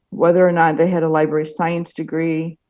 whether or not they had a library science degree,